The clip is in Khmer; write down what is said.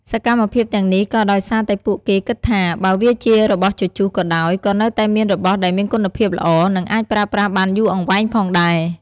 សកម្មភាពទាំងនេះក៏ដោយសារតែពួកគេគិតថា បើវាជារបស់ជជុះក៏ដោយ ក៏នៅតែមានរបស់ដែលមានគុណភាពល្អ និងអាចប្រើប្រាស់បានយូរអង្វែងផងដែរ។